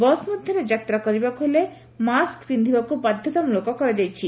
bus ମଧ୍ଧରେ ଯାତ୍ରା କରିବାକୁ ହେଲେ ମାସ୍କ ପିକ୍ବାକୁ ବାଧ୍ତାମ୍ଳକ କରାଯାଇଛି